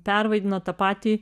pervaidino tą patį